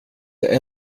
det